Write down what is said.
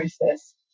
process